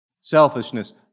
Selfishness